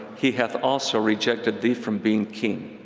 he hath also rejected thee from being king.